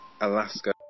Alaska